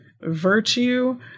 virtue